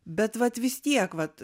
bet vat vis tiek vat